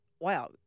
wow